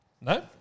No